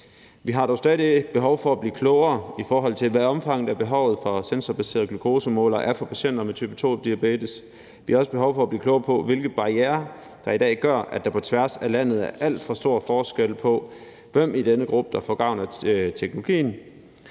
Vi har dog stadig væk behov for at blive klogere, i forhold til hvad omfanget af behovet for sensorbaserede glukosemålere er for patienter med type 2-diabetes. Vi har også behov for at blive klogere på, hvilke barrierer der i dag gør, at der på tværs af landet er alt for stor forskel på, hvem der i denne gruppe får gavn af teknologien.